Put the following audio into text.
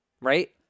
right